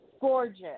Gorgeous